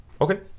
Okay